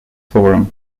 forum